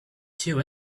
two